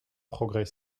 progrès